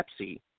Pepsi